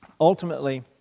Ultimately